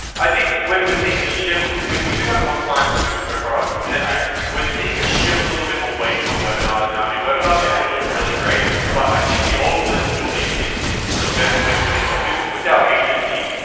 i think we're we're seeing a shift. we do have some clients that do info products and we're seeing a shift a little bit away from webinars now. i mean webinars are still doing really great, but i think the old list building is is the best way of doing it. like with with our agency,